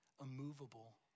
immovable